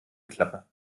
klappe